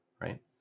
Right